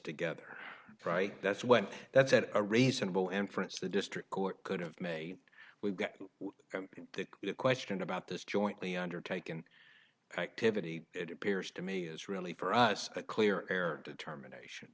together right that's when that said a reasonable inference the district court could have made we've got a question about this jointly undertaken activity it appears to me is really for us a clear air determination